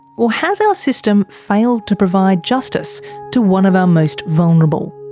or has our system failed to provide justice to one of our most vulnerable?